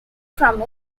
from